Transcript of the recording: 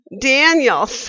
Daniel